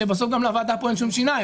שבסוף גם לוועדה כאן אין שום שיניים.